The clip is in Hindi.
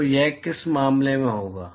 तो यह किस मामले में होगा